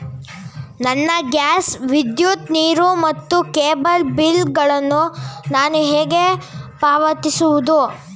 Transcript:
ನನ್ನ ಗ್ಯಾಸ್, ವಿದ್ಯುತ್, ನೀರು ಮತ್ತು ಕೇಬಲ್ ಬಿಲ್ ಗಳನ್ನು ನಾನು ಹೇಗೆ ಪಾವತಿಸುವುದು?